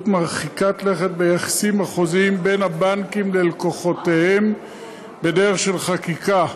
מרחיקת לכת ביחסים החוזיים בין הבנקים ללקוחותיהם בדרך של חקיקה,